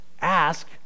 ask